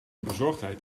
bezorgtijd